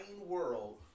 world